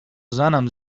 زنم